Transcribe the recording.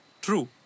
True